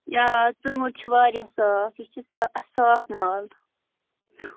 یا ژوٗنٛٹھۍ چھِ واریاہ صاف یہِ چھِ صاف مال